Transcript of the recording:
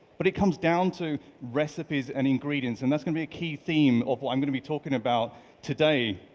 but it comes down to recipes and ingredients and that's gonna be a key theme of what i'm gonna be talking about today.